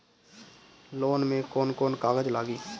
Loan में कौन कौन कागज लागी?